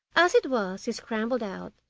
as it was, he scrambled out,